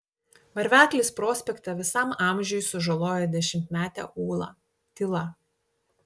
varveklis prospekte visam amžiui sužaloja dešimtmetę ulą tyla